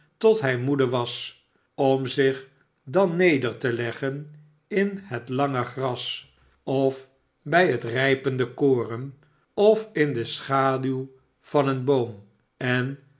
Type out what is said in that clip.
tot hij moede was om zich dan neder te leggen in het lange gras of bij het rijpende koren of in de schaduw van een boom en